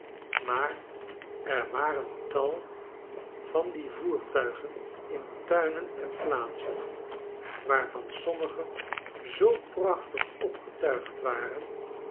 maar er waren tal van die voertuigen in tuinen en plaatsen waarvan sommige zoo prachtig opgetuigd waren